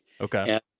Okay